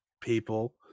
people